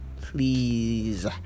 please